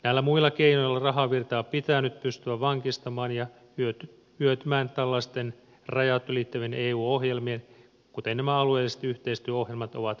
näillä muilla keinoilla rahavirtaa pitää nyt pystyä vankistamaan ja hyötymään tällaisten rajat ylittävien eu ohjelmien kuten nämä alueelliset yhteistyöohjelmat ovat toiminnasta